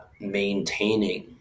maintaining